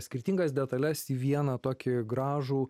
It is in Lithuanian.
skirtingas detales į vieną tokį gražų